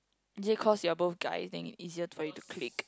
is it cause you are both guy then it easier for you to clique